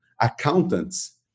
accountants